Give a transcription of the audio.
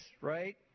right